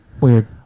weird